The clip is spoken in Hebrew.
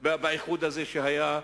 שהיה,